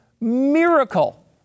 miracle